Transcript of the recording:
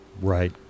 Right